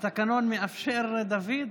התקנון מאפשר, דוד?